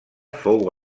fou